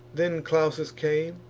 then clausus came,